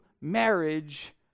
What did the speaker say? marriage